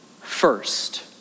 first